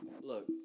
Look